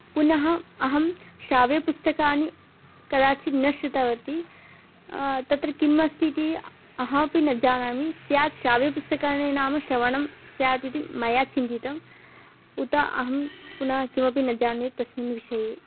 पुनः अहं श्राव्यपुस्तकानि कदाचित् न शृतवती तत्र किम् अस्ति इति अहमपि न जानामि स्यात् श्राव्यपुस्तकानि नाम श्रवणं स्यात् इति मया चिन्तितम् उत अहं पुनः किमपि न जाने तस्मिन् विषये